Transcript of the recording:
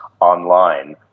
online